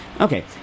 Okay